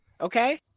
Okay